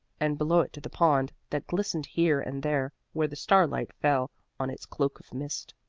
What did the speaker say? and below it to the pond that glistened here and there where the starlight fell on its cloak of mist.